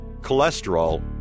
cholesterol